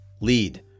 Lead